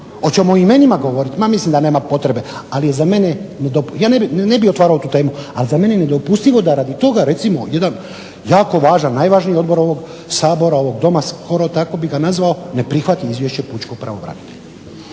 hoćemo o imenima govoriti? Ja mislim da nema potrebe ali je za mene nedopustivo, ja ne bih otvarao tu temu, ali za mene je nedopustivo da radi toga jedan jako važan najvažniji Odbor ovog Sabora, ovog Doma tako bih ga nazvao, ne prihvati izvješće Pučkog pravobranitelja.